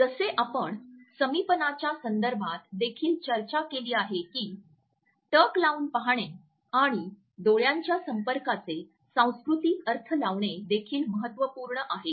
जसे आपण समीपनाच्या संदर्भात देखील चर्चा केली आहे की टक लावून पाहणे आणि डोळ्यांच्या संपर्काचे सांस्कृतिक अर्थ लावणे देखील महत्त्वपूर्ण आहे